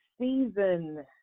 season